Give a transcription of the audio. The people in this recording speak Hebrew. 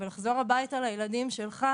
ולחזור הביתה לילדים שלך,